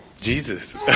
Jesus